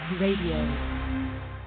RADIO